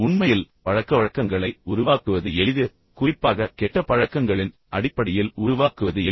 உண்மையில் பழக்கவழக்கங்களை உருவாக்குவது எளிது குறிப்பாக கெட்ட பழக்கங்களின் அடிப்படையில் உருவாக்குவது எளிது